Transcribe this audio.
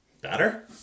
better